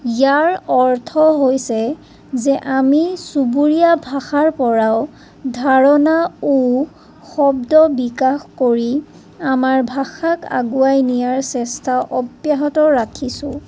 ইয়াৰ অৰ্থ হৈছে যে আমি চুবুৰীয়া ভাষাৰ পৰাও ধাৰণা ও শব্দ বিকাশ কৰি আমাৰ ভাষাক আগুৱাই নিয়াৰ চেষ্টা অব্যাহত ৰাখিছোঁ